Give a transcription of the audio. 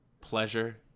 pleasure